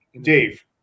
Dave